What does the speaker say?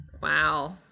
Wow